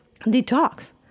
detox